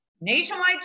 nationwide